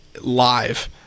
live